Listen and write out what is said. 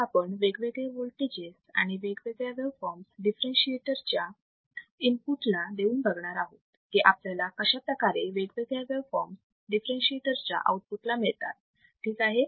तर आपण वेगवेगळे वोल्टेजेस आणि वेगवेगळ्या वेव फॉर्मस डिफरेंशीएटर च्या इनपुट ला देऊन बघणार आहोत की आपल्याला कशाप्रकारे वेगवेगळ्या वेव फॉर्मस डिफरेंशीएटर च्या आउटपुट मिळतात ठीक आहे